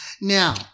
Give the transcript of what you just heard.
Now